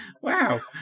Wow